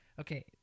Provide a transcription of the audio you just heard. okay